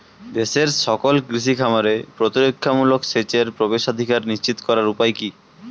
দেশের সকল কৃষি খামারে প্রতিরক্ষামূলক সেচের প্রবেশাধিকার নিশ্চিত করার উপায় কি?